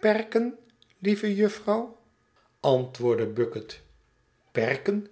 perken lieve jufvrouw antwoordde bucket perken